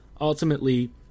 ultimately